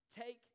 take